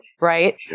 Right